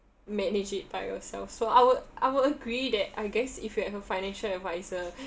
manage it by yourself so I will I will agree that I guess if you have a financial advisor